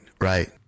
right